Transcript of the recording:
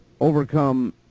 overcome